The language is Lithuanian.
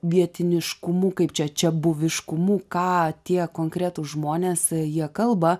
vietiniškumu kaip čia čiabuviškumu ką tie konkretūs žmonės jie kalba